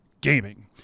gaming